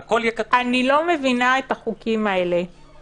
אני לא אגיד לך, היועץ המשפטי יגיד לך.